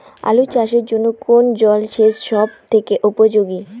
আলু চাষের জন্য কোন জল সেচ সব থেকে উপযোগী?